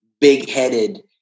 big-headed